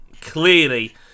clearly